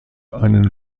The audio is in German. einen